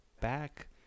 back